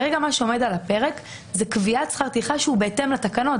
מה שעומד כרגע על הפרק זה קביעת שכר טרחה שהוא בהתאם לתקנות.